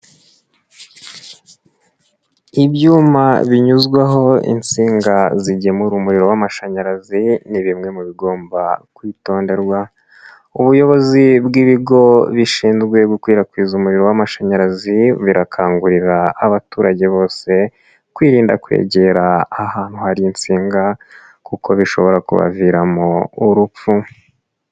Ibyuma binyuzwaho insinga zigemura umuriro w'amashanyarazi ni bimwe mu bigomba kwitonderwa. Ubuyobozi bw'ibigo bishinzwe gukwirakwiza umuriro w'amashanyarazi, birakangurira abaturage bose kwirinda kwegera ahantu hari insinga kuko bishobora kubaviramo urupfu.